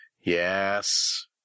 Yes